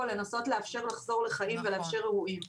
לנסות לאפשר לחזור לחיים ולאפשר אירועים,